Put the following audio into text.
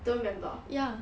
don't remember